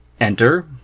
enter